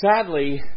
sadly